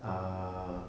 err